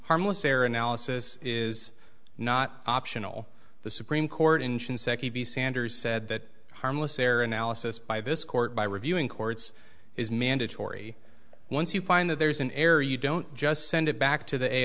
harmless error analysis is not optional the supreme court in shinseki sanders said that harmless error analysis by this court by reviewing courts is mandatory once you find that there's an error you don't just send it back to the a